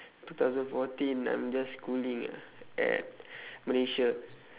two thousand fourteen I'm just schooling ah at malaysia